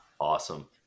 Awesome